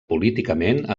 políticament